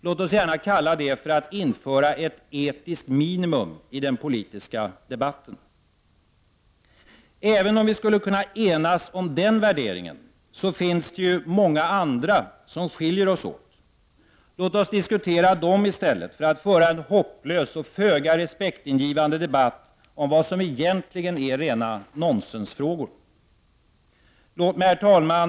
Låt oss gärna kalla det att införa ett etiskt minimum i den politiska debatten. Även om vi skulle kunna enas om denna värdering finns det många andra som skiljer oss åt. Låt oss diskutera dem i stället för att föra en hopplös och föga respektingivande debatt om vad som egentligen är rena nonsensfrågor. Herr talman!